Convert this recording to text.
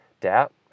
Doubt